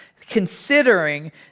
considering